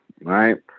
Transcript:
right